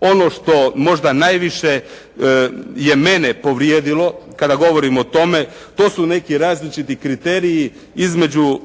Ono što možda najviše je mene povrijedilo kada govorimo o tome. To su neki različiti kriteriji između